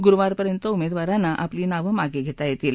गुरुवारपर्यंत उमेदवारांना आपली नावं मागं घेता येतील